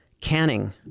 canning